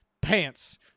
Pants